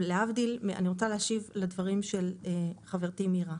אני רוצה להשיב לדברים של חברתי, מירה.